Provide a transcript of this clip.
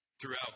throughout